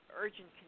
urgent